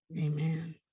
Amen